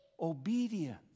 obedience